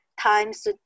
times